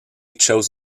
chose